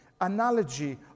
analogy